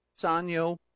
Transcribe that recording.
Sanyo